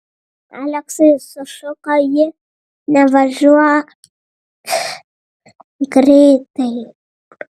aleksai sušuko ji nevažiuok greitai